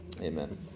Amen